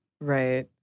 Right